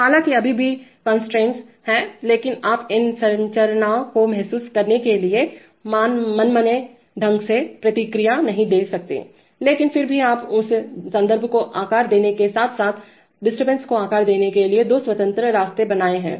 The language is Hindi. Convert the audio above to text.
हालाँकि अभी भी कंस्ट्रेंट्सअड़चनें हैं लेकिन आप इस संरचना को महसूस करने के लिए मनमाने ढंग से प्रतिक्रियाएं नहीं दे सकते हैं लेकिन फिर भी आपने उस संदर्भ को आकार देने के साथ साथ गड़बड़ीडिस्टर्बेंस को आकार देने के लिए दो स्वतंत्र रास्ते बनाए हैं